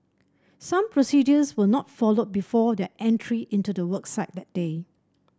some procedures were not followed before their entry into the work site that day